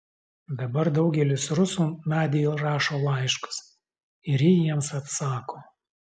dabar daugelis rusų nadiai rašo laiškus ir ji jiems atsako